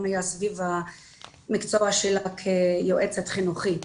היה סביב המקצוע שלה כיועצת חינוכית.